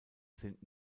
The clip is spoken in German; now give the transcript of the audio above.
sind